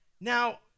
Now